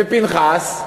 ופנחס?